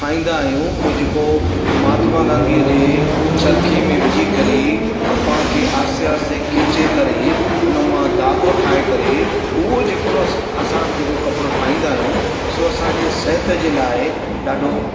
पाईंदा आहियूं उहो जेको महात्मा गांधीअ जे चरख़े में विझी करे कपहि खे आसे पासे खीचे करे उन मां धाॻो ठाहे करे उहो जेको असां जेको कपिड़ो ठाहींदा आहियूं सो असांजे सिहत जे लाइ ॾाढो